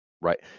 right